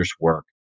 work